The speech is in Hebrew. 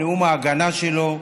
נאום ההגנה שלו,